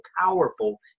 powerful